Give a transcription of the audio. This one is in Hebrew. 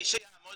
מי שיעמוד